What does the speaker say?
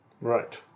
Right